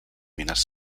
mines